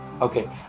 Okay